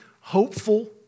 hopeful